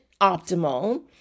optimal